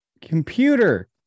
Computer